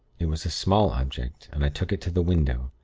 it was a small object, and i took it to the window.